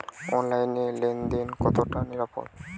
অনলাইনে লেন দেন কতটা নিরাপদ?